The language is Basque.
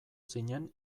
zinen